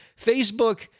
Facebook